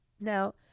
Now